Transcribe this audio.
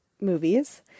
movies